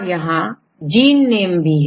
और यहां gene name है